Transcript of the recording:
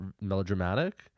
melodramatic